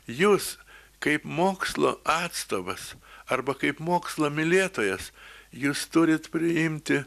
jūs kaip mokslo atstovas arba kaip mokslo mylėtojas jūs turit priimti